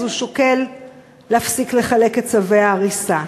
אז הוא שוקל להפסיק לחלק את צווי ההריסה.